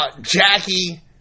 Jackie